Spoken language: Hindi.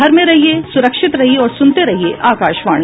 घेर में रहिये सुरक्षित रहिये और सुनते रहिये आकाशवाणी